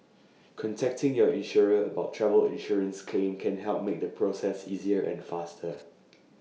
contacting your insurer about your travel insurance claim can help make the process easier and faster